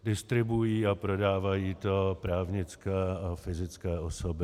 Distribuují a prodávají to právnické a fyzické osoby.